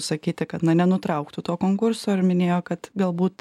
sakyti kad na nenutrauktų to konkurso ir minėjo kad galbūt